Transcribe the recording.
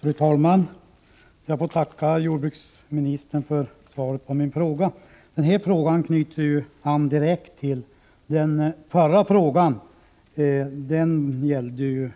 Fru talman! Jag ber att få tacka jordbruksministern för svaret på min fråga. Den här frågan knyter direkt an till den förra frågan, som gällde